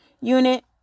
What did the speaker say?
unit